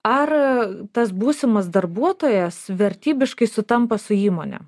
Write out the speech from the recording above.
ar tas būsimas darbuotojas vertybiškai sutampa su įmone